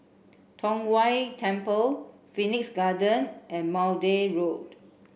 Tong Whye Temple Phoenix Garden and Maude Road